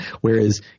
Whereas